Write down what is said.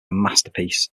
masterpiece